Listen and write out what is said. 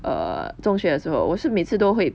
err 中学的时候我是每次都会